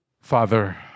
Father